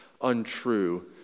untrue